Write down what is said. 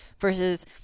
versus